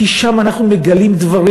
כי שם אנחנו מגלים דברים